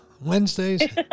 wednesdays